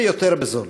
ויותר בזול.